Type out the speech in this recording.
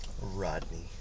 Rodney